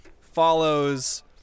follows